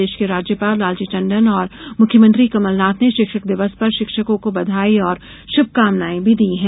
प्रदेश के राज्यपाल लालजी टंडन और मुख्यमंत्री कमलनाथ ने शिक्षक दिवस पर शिक्षकों को बधाई और शुभकामनाएं भी दी हैं